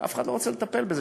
אף אחד לא רוצה לטפל בזה.